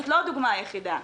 זאת לא הדוגמה היחידה,